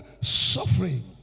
suffering